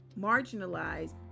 marginalized